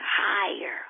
higher